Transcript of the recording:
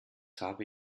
habe